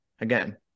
again